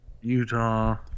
Utah